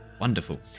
Wonderful